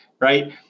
right